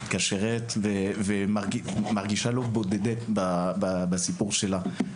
מתקשרת ומרגיש לא בודדה בסיפור שלה.